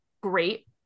great